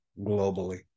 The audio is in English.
globally